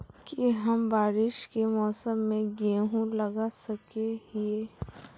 की हम बारिश के मौसम में गेंहू लगा सके हिए?